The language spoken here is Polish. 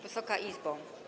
Wysoka Izbo!